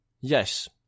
Yes